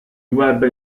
web